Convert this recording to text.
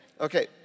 Okay